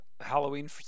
Halloween